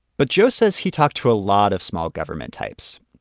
but joe says he talked to a lot of small-government types.